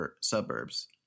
suburbs